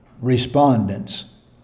respondents